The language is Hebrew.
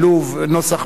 נוסח משולב,